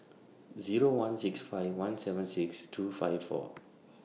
Zero one six five one seven six two five four